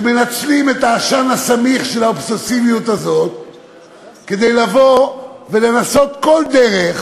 שמנצלים את העשן הסמיך של האובססיביות הזו כדי לבוא ולנסות בכל דרך